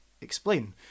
Explain